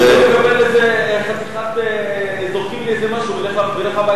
ולא שזורקים לי איזה משהו ותלך הביתה.